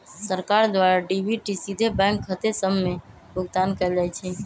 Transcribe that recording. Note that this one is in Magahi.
सरकार द्वारा डी.बी.टी सीधे बैंक खते सभ में भुगतान कयल जाइ छइ